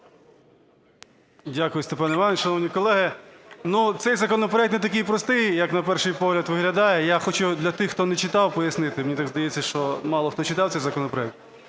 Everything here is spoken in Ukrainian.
Дякую, Степан Іванович. Шановні колеги, цей законопроект не такий простий, як на перший погляд виглядає. Я хочу для тих, хто не читав, пояснити, мені так здається, що мало хто читав цей законопроект.